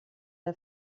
der